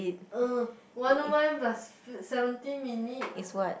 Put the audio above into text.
uh one O one plus seventeen minutes